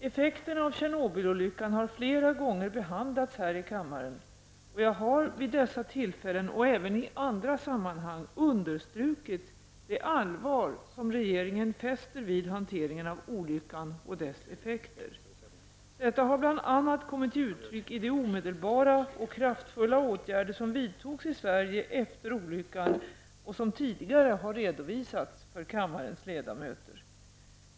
Effekterna av Tjernobylolyckan har flera gånger behandlats här i kammaren, och jag har vid dessa tillfällen och även i andra sammanhang understrukit det allvar som regeringen fäster vid hanteringen av olyckan och dess effekter. Detta har bl.a. kommit till uttryck i de omedelbara och kraftfulla åtgärder som vidtogs i Sverige efter olyckan och som tidigare har redovisats för kammarens ledamöter.